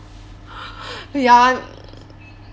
ya